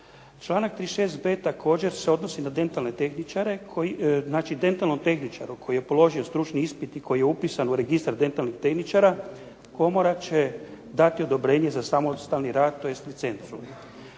Članak 36.b također se odnosi na dentalne tehničare koji znači dentalnom tehničaru koji je položio stručni ispit i koji je upisan u registar dentalnih tehničara, komora će dati odobrenje za samostalni rad, tj. licencu.